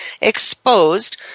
Exposed